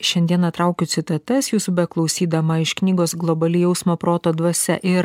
šiandieną traukiu citatas jūsų beklausydama iš knygos globali jausmo proto dvasia ir